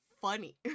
funny